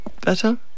better